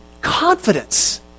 Confidence